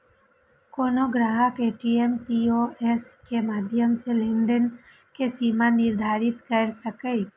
कोनो ग्राहक ATM, POS के माध्यम सं लेनदेन के सीमा निर्धारित कैर सकैए